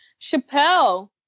Chappelle